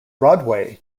broadway